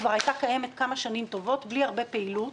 כבר הייתה קיימת כמה שנים טובות בלי הרבה פעילות.